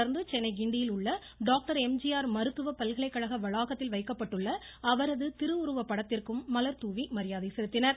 தொடர்ந்து சென்னை கிண்டியில் உள்ள டாக்டர் எம்ஜிஆர் மருத்துவ பல்கலைக்கழக வளாகத்தில் வைக்கப்பட்டுள்ள அவரது திருவுருவப் படத்திற்கும் மலர் தூவி மரியாதை செலுத்தினர்